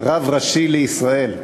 רב ראשי לישראל.